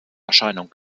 erscheinung